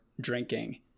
drinking